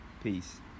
Peace